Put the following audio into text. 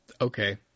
Okay